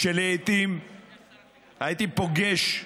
לעיתים הייתי פוגש,